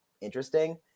interesting